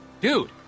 dude